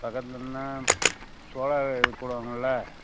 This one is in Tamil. பக்கத்திலன்னா சோலார் போடுவாங்கள்ல